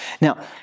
Now